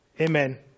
Amen